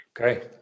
Okay